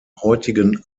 heutigen